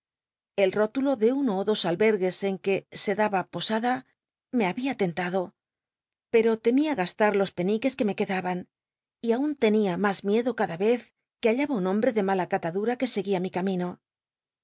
el rótulo de uno ó dos albergues en que se daba posada me había tentado pero temía gastar los peniques que me quedaban y aun tenia mas miedo cada vez que hallaba un hombre de mala catadura que seguía mi camino